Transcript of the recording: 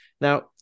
Now